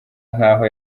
nk’aho